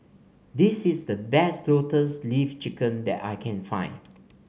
this is the best Lotus Leaf Chicken that I can find